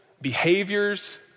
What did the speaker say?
behaviors